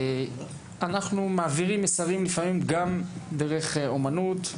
אנחנו מעברים מסרים לפעמים גם דרך אומנות,